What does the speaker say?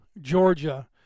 Georgia